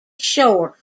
shore